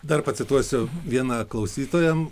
dar pacituosiu vieną klausytojam